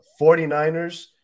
49ers